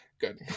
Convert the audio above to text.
Good